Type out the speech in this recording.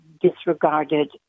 disregarded